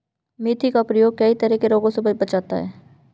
मेथी का प्रयोग कई तरह के रोगों से भी बचाता है